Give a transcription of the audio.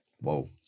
Whoa